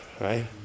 right